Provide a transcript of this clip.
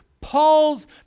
Paul's